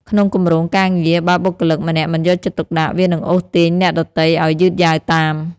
ក្នុងគម្រោងការងារ បើបុគ្គលិកម្នាក់មិនយកចិត្តទុកដាក់ វានឹងអូសទាញអ្នកដទៃឱ្យយឺតយ៉ាវតាម។